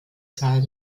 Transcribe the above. zahl